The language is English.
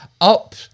up